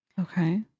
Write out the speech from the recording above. Okay